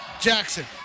Jackson